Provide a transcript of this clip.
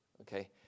okay